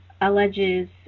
alleges